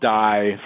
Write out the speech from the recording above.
die